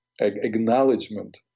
acknowledgement